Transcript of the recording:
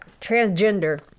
Transgender